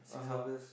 (uh huh)